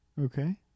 Okay